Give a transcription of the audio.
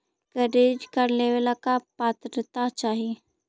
Credit card लेवेला का पात्रता चाही?